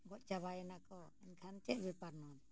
ᱜᱚᱡ ᱪᱟᱵᱟᱭᱮᱱᱟ ᱠᱚ ᱮᱱᱠᱷᱟᱱ ᱪᱮᱫ ᱵᱮᱯᱟᱨ ᱱᱚᱣᱟ